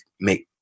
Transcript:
make